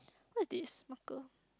what's this marker